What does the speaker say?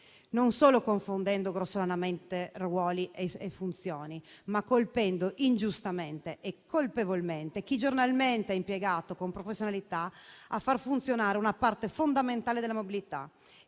non solo confondendo grossolanamente ruoli e funzioni, ma colpendo ingiustamente e colpevolmente chi giornalmente è impiegato con professionalità a far funzionare una parte fondamentale della mobilità.